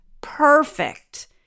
perfect